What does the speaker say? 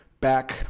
back